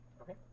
Okay